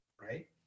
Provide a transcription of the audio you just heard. right